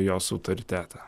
jos autoritetą